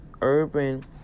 urban